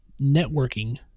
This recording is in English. networking